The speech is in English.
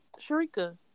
Sharika